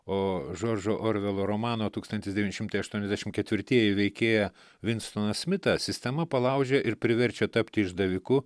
o žoržo orvelo romano tūkstantis devyni šimtai aštuoniasdešimt ketvirtieji veikėją vinstoną smitą sistemą palaužė ir priverčia tapti išdaviku